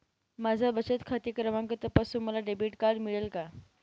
माझा बचत खाते क्रमांक तपासून मला डेबिट कार्ड मिळेल का?